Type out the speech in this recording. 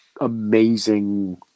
amazing